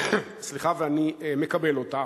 ואני מקבל אותה.